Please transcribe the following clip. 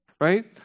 Right